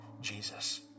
Jesus